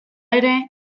ere